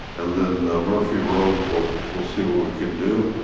and then murphy road, we'll we'll see what we can do.